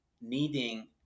needing